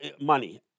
money